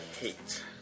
hate